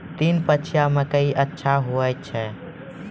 तीन पछिया मकई अच्छा होय छै?